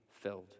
filled